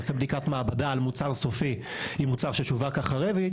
יעשה בדיקת מעבדה על מוצר סופי עם מוצר ששווק אחרי,